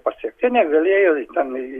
pasiekti negalėjo ten